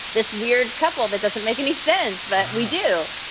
this weird couple that doesn't make any sense, but we do.